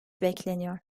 bekleniyor